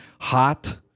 hot